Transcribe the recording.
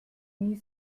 nie